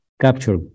capture